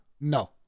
No